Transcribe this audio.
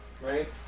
Right